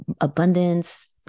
abundance